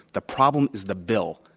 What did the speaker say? the problem is the bill.